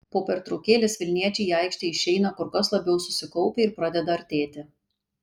po pertraukėlės vilniečiai į aikštę išeina kur kas labiau susikaupę ir pradeda artėti